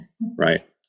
right